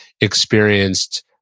experienced